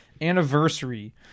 anniversary